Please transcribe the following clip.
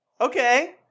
Okay